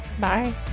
Bye